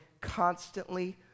constantly